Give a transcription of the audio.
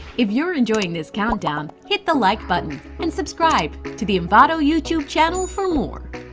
if you're enjoying this countdown hit the like button and subscribe to the envato youtube channel for more!